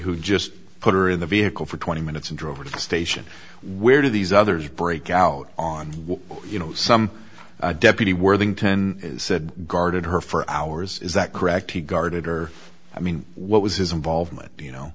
who just put her in the vehicle for twenty minutes and drove her to the station where do these others break out on you know some deputy worthington said guarded her for hours is that correct he guarded or i mean what was his involvement